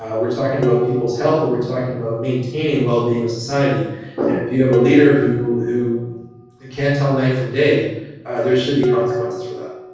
ah we're talking about people's health, we're talking about maintaining well-being or society and if you have a leader who who and can't tell night from day there should be consequences for that.